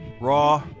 raw